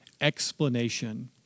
explanation